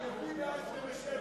גם אתם לא יודעים.